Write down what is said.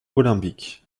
olympique